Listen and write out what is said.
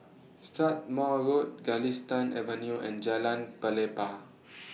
Strathmore Road Galistan Avenue and Jalan Pelepah